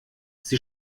sie